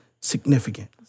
significant